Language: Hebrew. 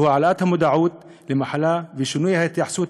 שהוא העלאת המודעות למחלה ושינוי ההתייחסות